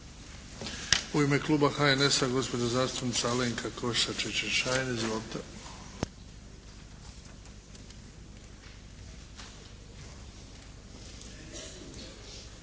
U ime kluba HNS-a gospođa zastupnica Alenka Košiša Čičin-Šain. Izvolite.